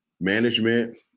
management